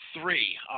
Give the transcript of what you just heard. three